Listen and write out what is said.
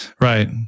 Right